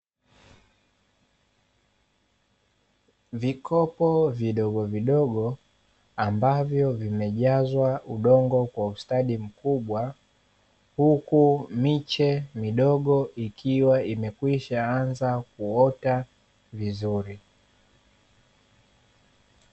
Vikopo vidogovidogo, ambavyo vimejazwa udongo kwa ustadi mkubwa, huku miche midogo ikiwa imekwishaanza kuota vizuri.